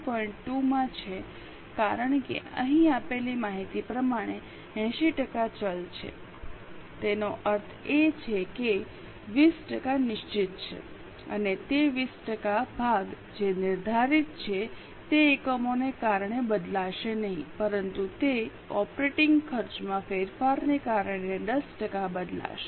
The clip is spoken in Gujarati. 2 માં છે કારણ કે અહીં આપેલી માહિતી પ્રમાણે 80 ટકા ચલ છે તેનો અર્થ એ કે 20 ટકા નિશ્ચિત છે અને તે 20 ટકા ભાગ જે નિર્ધારિત છે તે એકમોને કારણે બદલાશે નહીં પરંતુ તે ઓપરેટીંગ ખર્ચમાં ફેરફારને કારણે 10 ટકા બદલાશે